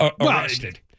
arrested